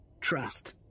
trust